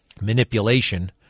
manipulation